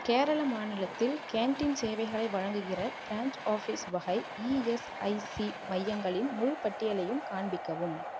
கேரளம் மாநிலத்தில் கேண்டின் சேவைகளை வழங்குகிற பிரான்ச் ஆஃபீஸ் வகை இஎஸ்ஐசி மையங்களின் முழுப்பட்டியலையும் காண்பிக்கவும்